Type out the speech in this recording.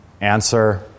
Answer